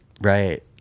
Right